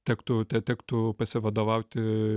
tektų tektų pasivadovauti